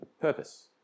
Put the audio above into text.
purpose